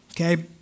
Okay